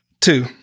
Two